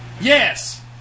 Yes